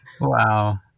Wow